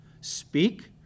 speak